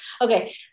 Okay